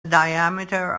diameter